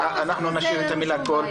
אז אנחנו משאירים את המילים "כל מקום".